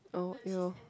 oh you know